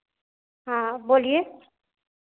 हाँ बोलिए